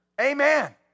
Amen